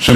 שמשרתים בצה"ל: